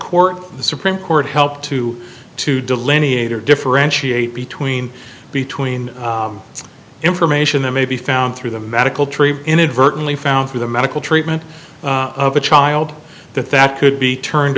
court the supreme court helped to to delineate or differentiate between between information that may be found through the medical tree inadvertently found through the medical treatment of a child that that could be turned